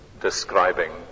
describing